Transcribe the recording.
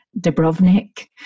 Dubrovnik